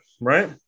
right